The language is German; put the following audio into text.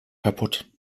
kaputt